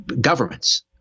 governments